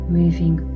moving